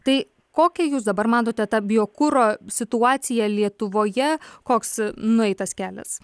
tai kokią jūs dabar matote tą biokuro situaciją lietuvoje koks nueitas kelias